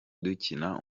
dukina